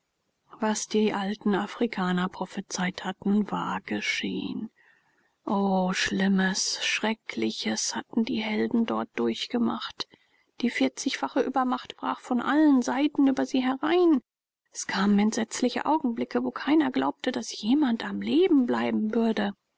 was die alten afrikaner prophezeit hatten war geschehen o schlimmes schreckliches hatten die helden dort durchgemacht die vierzigfache übermacht brach von allen seiten über sie herein es kamen entsetzliche augenblicke wo keiner glaubte daß jemand am leben bleiben würde